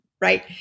right